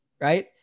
Right